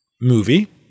movie